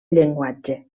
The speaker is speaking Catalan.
llenguatge